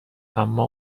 اما